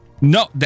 No